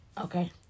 Okay